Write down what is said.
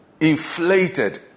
inflated